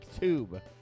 tube